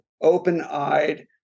open-eyed